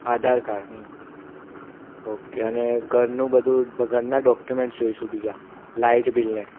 આધાર card હં okay અને ઘરનું બધું ઘરના ડોક્યુમેન્ટસ જોઈશું બીજા લાઈટ બિલને